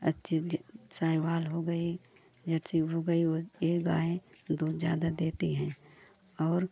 अच्छी ज साहिवाल हो गई जर्सी हो गई वे यह गाय दूध ज़्यादा देती है और